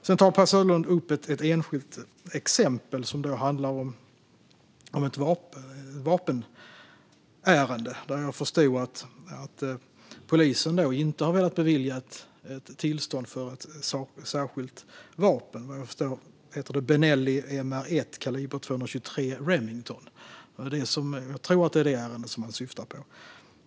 Per Söderlund tar upp ett enskilt exempel som gäller ett vapenärende. Jag förstår att polisen inte har velat bevilja tillstånd för ett särskilt vapen. Om jag förstår rätt heter det Benelli MR1 kaliber .223 Remington. Jag tror att det är det ärendet som han syftar på.